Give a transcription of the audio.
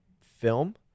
film